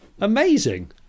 amazing